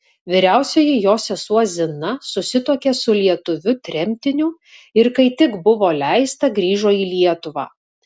vyriausioji jos sesuo zina susituokė su lietuviu tremtiniu ir kai tik buvo leista grįžo į lietuvą